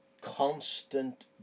constant